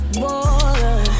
water